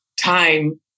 time